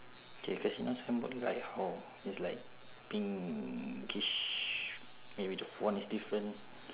K casino signboard like how it's like pinkish maybe the font is different